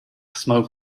smoke